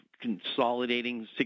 consolidating